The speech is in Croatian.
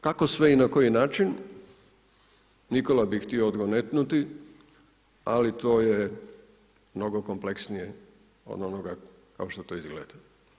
Kako sve i na koji način, Nikola bi htio odgonetnuti, ali to je mnogo kompleksnije od onoga kao što to izgleda.